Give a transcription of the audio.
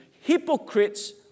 hypocrites